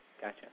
Gotcha